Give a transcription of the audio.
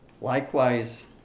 likewise